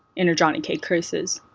innerjohnnycake curses.